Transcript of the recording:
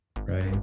right